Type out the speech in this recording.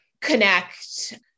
connect